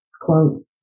quote